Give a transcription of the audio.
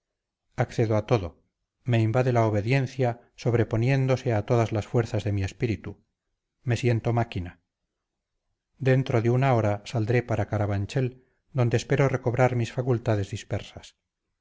accedo a todo me invade la obediencia sobreponiéndose a todas las fuerzas de mi espíritu me siento máquina dentro de una hora saldré para carabanchel donde espero recobrar mis facultades dispersas